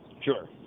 Sure